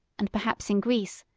and perhaps in greece,